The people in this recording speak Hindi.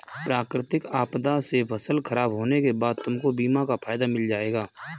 प्राकृतिक आपदा से फसल खराब होने के बाद तुमको बीमा का फायदा मिल जाएगा